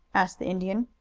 asked the indian.